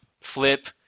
flip